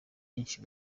byinshi